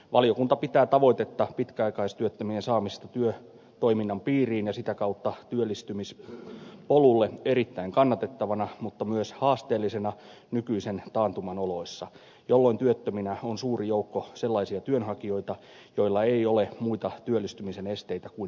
valiokunta pitää tavoitetta pitkäaikaistyöttömien saamista työtoiminnan piiriin ja sitä kautta työllistymispolulle erittäin kannatettavana mutta myös haasteellisena nykyisen taantuman oloissa jolloin työttöminä on suuri joukko sellaisia työnhakijoita joilla ei ole muita työllistymisen esteitä kuin puuttuva työpaikka